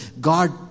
God